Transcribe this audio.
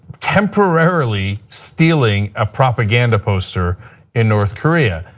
temporarily stealing a propaganda poster in north korea.